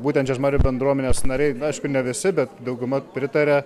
būtent žiežmarių bendruomenės nariai aišku ne visi bet dauguma pritaria